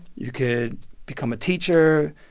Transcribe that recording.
you could become a teacher.